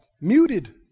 muted